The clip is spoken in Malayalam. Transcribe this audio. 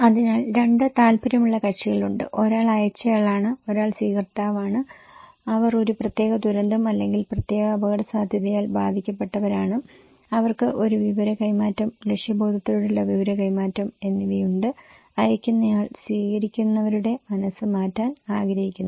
അതിനാൽ രണ്ട് താൽപ്പര്യമുള്ള കക്ഷികളുണ്ട് ഒരാൾ അയച്ചയാളാണ് ഒരാൾ സ്വീകർത്താവാണ് അവർ ഒരു പ്രത്യേക ദുരന്തം അല്ലെങ്കിൽ പ്രത്യേക അപകടസാധ്യതയാൽ ബാധിക്കപ്പെട്ടവരാണ് അവർക്ക് ഒരു വിവര കൈമാറ്റം ലക്ഷ്യബോധത്തോടെയുള്ള വിവര കൈമാറ്റം എന്നിവയുണ്ട് അയയ്ക്കുന്നയാൾ സ്വീകരിക്കുന്നവരുടെ മനസ്സ് മാറ്റാൻ ആഗ്രഹിക്കുന്നു